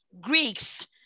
Greeks